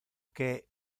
que